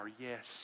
yes